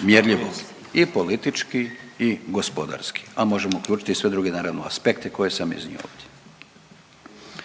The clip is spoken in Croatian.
mjerljivo i politički i gospodarski, a možemo uključiti i sve druge naravno aspekte koje sam iznio ovdje.